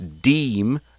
deem